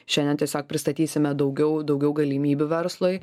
šiandien tiesiog pristatysime daugiau daugiau galimybių verslui